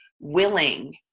willing